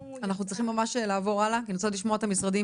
אנחנו צריכים ממש לעבור הלאה כי אני רוצה עוד לשמוע את המשרדים